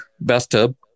bathtub